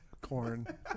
corn